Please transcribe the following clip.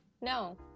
No